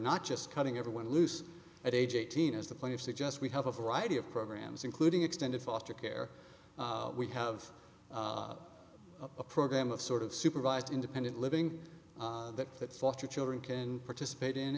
not just cutting everyone loose at age eighteen as the plan you suggest we have a variety of programs including extended foster care we have a program of sort of supervised independent living that that foster children can participate in